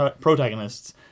protagonists